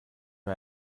wir